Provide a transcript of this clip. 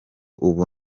ubu